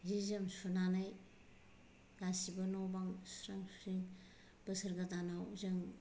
जि जोम सुनानै गासिबो न' बां बोसोर गोदानाव जों